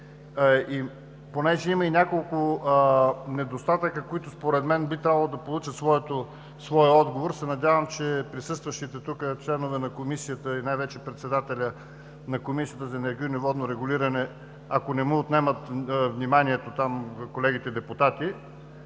Понеже има и няколко недостатъка, които според мен би трябвало да получат своя отговор, надявам се, че присъстващите членове на Комисията и най-вече председателят на Комисията за енергийно и водно регулиране, ако не му отнемат вниманието там колегите депутати,